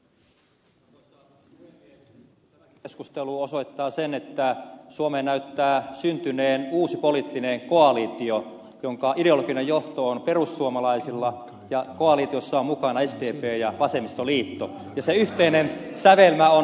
tämä keskustelu osoittaa sen että suomeen näyttää syntyneen uusi poliittinen koalitio jonka ideologinen johto on perussuomalaisilla ja koalitiossa ovat mukana sdp ja vasemmistoliitto ja sen yhteinen sävelmä on ei ei liike